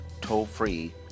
toll-free